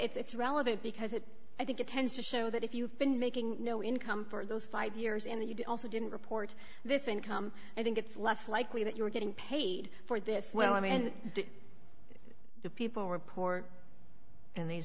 it's relevant because it i think it tends to show that if you've been making no income for those five years in that you also didn't report this income i think it's less likely that you were getting paid for this well i mean the people report and these